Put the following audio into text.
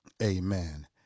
Amen